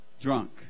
Drunk